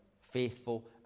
faithful